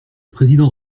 président